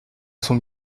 sont